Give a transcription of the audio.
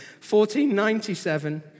1497